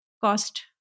cost